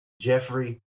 Jeffrey